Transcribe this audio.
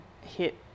hit